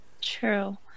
True